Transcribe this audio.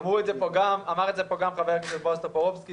אמרו את זה גם חברי הכנסת בועז טופורובסקי